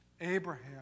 Abraham